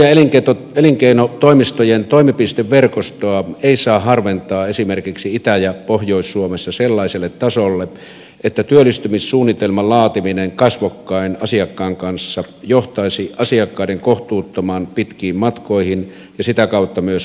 työ ja elinkeinotoimistojen toimipisteverkostoa ei saa harventaa esimerkiksi itä ja pohjois suomessa sellaiselle tasolle että työllistymissuunnitelman laatiminen kasvokkain asiakkaan kanssa johtaisi asiakkaiden kohtuuttoman pitkiin matkoihin ja sitä kautta myös matkakustannuksiin